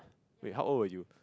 wait how old are you